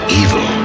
evil